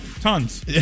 tons